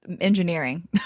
engineering